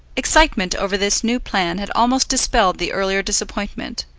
excitement over this new plan had almost dispelled the earlier disappointment,